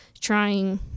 trying